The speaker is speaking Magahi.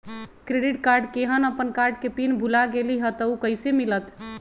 क्रेडिट कार्ड केहन अपन कार्ड के पिन भुला गेलि ह त उ कईसे मिलत?